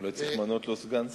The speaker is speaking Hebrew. אולי צריך למנות לו סגן שר.